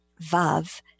vav